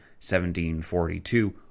1742